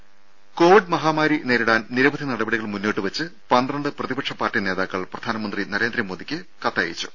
രുഭ കോവിഡ് മഹാമാരി നേരിടാൻ നിരവധി നടപടികൾ മുന്നോട്ടുവെച്ച് പന്ത്രണ്ട് പ്രതിപക്ഷ പാർട്ടി നേതാക്കൾ പ്രധാനമന്ത്രി നരേന്ദ്രമോദിക്ക് കത്തയച്ചു